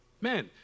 Man